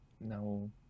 No